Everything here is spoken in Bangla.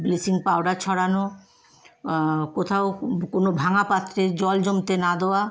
ব্লিচিং পাউডার ছড়ানো কোথাও কোনো ভাঙা পাত্রে জল জমতে না দেওয়া